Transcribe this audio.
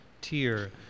tier